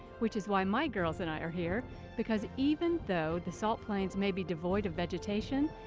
which is why my girls and i are here because even though the salt plains may be devoid of vegetation.